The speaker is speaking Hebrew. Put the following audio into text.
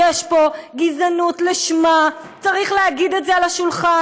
יש פה גזענות לשמה, צריך לשים את זה על השולחן.